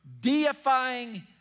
deifying